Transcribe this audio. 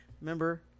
Remember